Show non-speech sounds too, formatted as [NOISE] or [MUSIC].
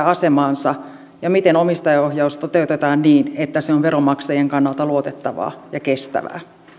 [UNINTELLIGIBLE] asemaansa ja miten omistajaohjaus toteutetaan niin että se on veronmaksajien kannalta luotettavaa ja kestävää